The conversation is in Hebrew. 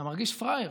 אתה מרגיש פראייר.